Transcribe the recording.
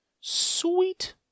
Sweet